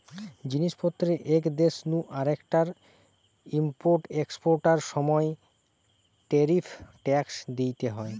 জিনিস পত্রের এক দেশ নু আরেকটায় ইম্পোর্ট এক্সপোর্টার সময় ট্যারিফ ট্যাক্স দিইতে হয়